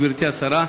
גברתי השרה,